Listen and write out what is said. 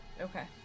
Okay